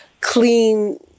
clean